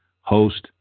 host